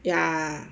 ya